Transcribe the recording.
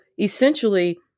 essentially